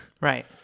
right